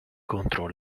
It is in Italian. contro